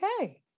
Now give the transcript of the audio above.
Okay